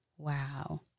Wow